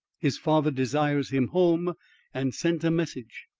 his father desires him home and sent a message.